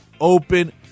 open